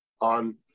on